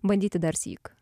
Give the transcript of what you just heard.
bandyti darsyk